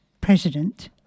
president